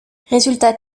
résultat